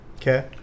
Okay